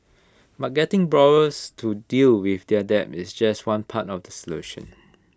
but getting borrowers to deal with their debt is just one part of the solution